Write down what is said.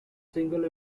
single